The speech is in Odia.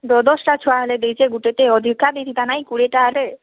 ଦଶ୍ ଦଶ୍ଟା ଛୁଆ ହେଲେ ଦେଇଚେ ଗୁଟେ ଟେ ଅଧିକା ଦେଇ ଦେତା ନାଇଁ କୁଡ଼ିଏ ଟା ଆଡ଼େ